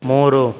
ಮೂರು